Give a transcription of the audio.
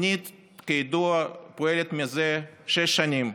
התוכנית כידוע פועלת זה שש שנים.